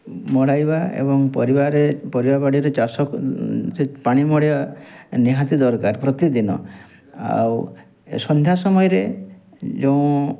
ମଡ଼ାଇବା ଏବଂ ପରିବାରେ ପରିବା ବାଡ଼ିରେ ଚାଷ ସେହି ପାଣି ମଡ଼େଇବା ନିହାତି ଦରକାର ପ୍ରତିଦିନ ଆଉ ସନ୍ଧ୍ୟା ସମୟରେ ଯେଉଁ